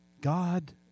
God